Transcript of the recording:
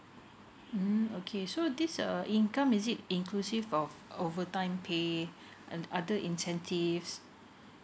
mm okay so this uh income is it inclusive of overtime pay and other incentives